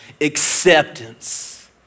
acceptance